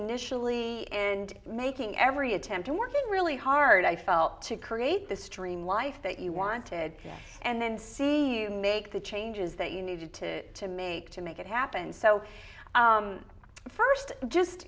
initially and making every attempt and working really hard i felt to create this dream life that you wanted and then see you make the changes that you needed to to make to make it happen so first just